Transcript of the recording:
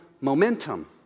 momentum